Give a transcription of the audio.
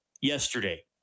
yesterday